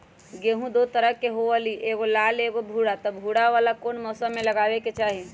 गेंहू दो तरह के होअ ली एगो लाल एगो भूरा त भूरा वाला कौन मौसम मे लगाबे के चाहि?